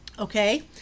Okay